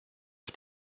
auf